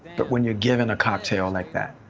but when you're given a cocktail like that,